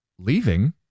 Leaving